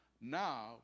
Now